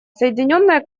соединенное